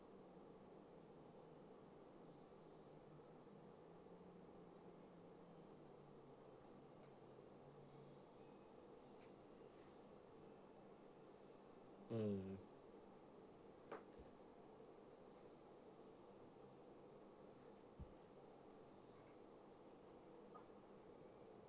mm